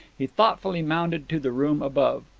he thoughtfully mounted to the room above.